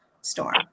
storm